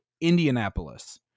Indianapolis